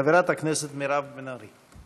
חברת הכנסת מירב בן ארי.